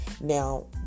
Now